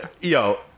yo